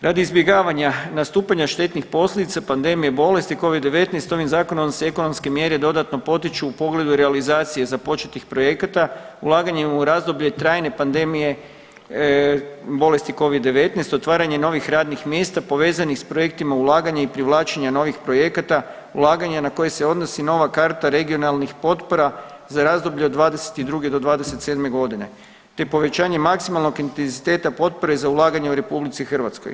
Radi izbjegavanja nastupanja štetnih posljedica pandemije bolesti covid-19 ovim zakonom se ekonomske mjere dodatno potiču u pogledu realizacije započetih projekata ulaganjem u razdoblje trajne pandemije bolesti covid-19, otvaranje novih radnih mjesta povezanih s projektima ulaganja i privlačenja novih projekata, ulaganja na koje se odnosi nova karta regionalnih potpora za razdoblje od '22. do '27.g., te povećanje maksimalnog intenziteta potpore za ulaganje u RH.